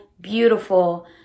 beautiful